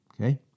Okay